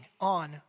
on